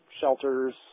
shelters